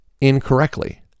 Incorrectly